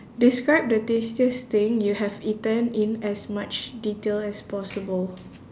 describe the tastiest thing you have eaten in as much detail as possible